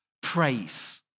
praise